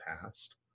past